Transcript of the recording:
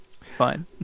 fine